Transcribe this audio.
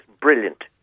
brilliant